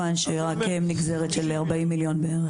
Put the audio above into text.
שרק הם נגזרת של 40 מיליון שקל בערך,